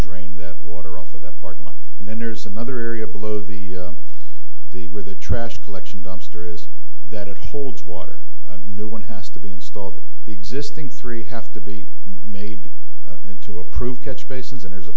drain that water off of that parking lot and then there's another area below the the where the trash collection dumpster is that it holds water no one has to be installed or the existing three have to be made into approved catch basins enters a